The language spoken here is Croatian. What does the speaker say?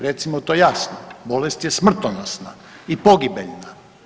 Recimo to jasno, bolest je smrtonosna i pogibeljna.